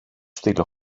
στείλω